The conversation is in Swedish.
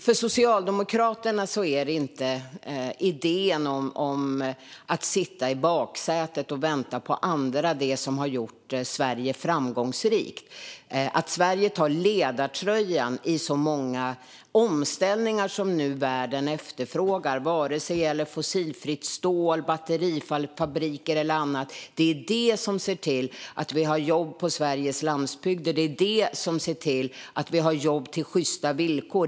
För Socialdemokraterna är inte idén om att sitta i baksätet och vänta på andra det som gjort Sverige framgångsrikt. Att Sverige tar ledartröjan i så många omställningar som världen nu efterfrågar, vare sig det gäller fossilfritt stål, batterifabriker eller annat, är det som ser till att vi har jobb på Sveriges landsbygder. Det är det som ser till att vi har jobb med sjysta villkor.